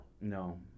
No